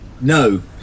no